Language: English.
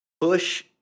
Push